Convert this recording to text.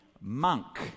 monk